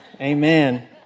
Amen